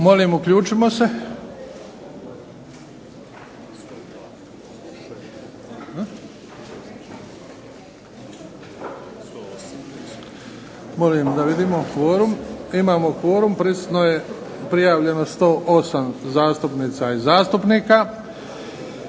Molim uključimo se da provjerimo kvorum. Imamo kvorum, prisutno je prijavljeno 108 zastupnika i zastupnica.